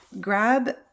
grab